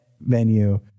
venue